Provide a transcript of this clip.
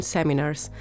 Seminars